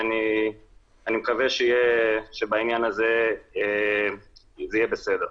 אני מקווה שבעניין הזה יהיה בסדר.